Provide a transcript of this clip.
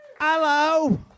Hello